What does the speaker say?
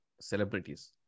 celebrities